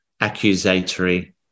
accusatory